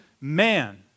man